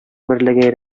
берлеге